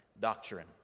doctrine